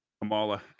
Kamala